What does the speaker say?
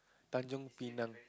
Tanjong Pinang